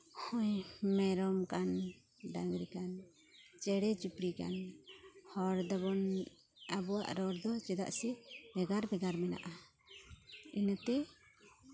ᱱᱚᱜᱼᱚᱸᱭ ᱢᱮᱨᱚᱢ ᱠᱟᱱ ᱰᱟᱝᱨᱤ ᱠᱟᱱ ᱪᱮᱬᱮ ᱪᱩᱯᱲᱤ ᱠᱟᱱ ᱦᱚᱲ ᱫᱚᱵᱚᱱ ᱟᱵᱚᱣᱟᱜ ᱨᱚᱲ ᱫᱚ ᱪᱮᱫᱟᱜ ᱥᱮ ᱵᱷᱮᱜᱟᱨ ᱵᱷᱮᱜᱟᱨ ᱢᱮᱱᱟᱜᱼᱟ ᱤᱱᱟᱹᱛᱮ